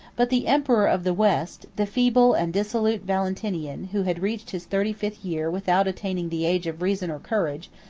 but the emperor of the west, the feeble and dissolute valentinian, who had reached his thirty-fifth year without attaining the age of reason or courage,